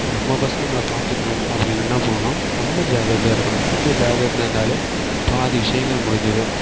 நம்ம ஃபஸ்ட்டு நம்மளை பார்த்துக்குணும் அப்படின்னா என்ன பண்ணினா நம்ம ஜாக்கிரதையா இருக்கணும் நம்ம ஜாக்கிரதையா இருந்தாலே பாதி விஷயங்கள் முடிஞ்சுது